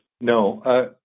No